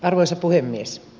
arvoisa puhemies